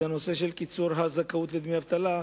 זה הנושא של קיצור תקופת הזכאות לדמי אבטלה,